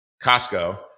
Costco